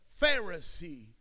Pharisee